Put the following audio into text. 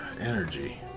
energy